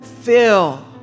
fill